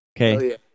Okay